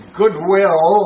goodwill